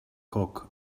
cock